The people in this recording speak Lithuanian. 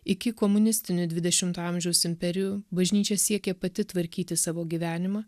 iki komunistinių dvidešimto amžiaus imperijų bažnyčia siekė pati tvarkyti savo gyvenimą